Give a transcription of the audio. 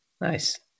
Nice